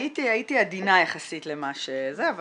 הייתי עדינה יחסית למה שזה,